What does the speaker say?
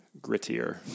grittier